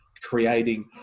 creating